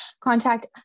contact